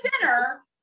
center